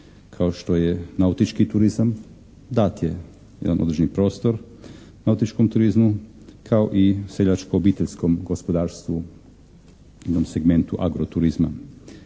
kao što je nautički turizam. Dat je jedan određeni prostor nautičkom turizmu kao i seljačko-obiteljskom gospodarstvu, jednom segmentu agro-turizma.